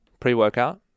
pre-workout